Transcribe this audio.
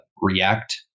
React